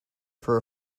for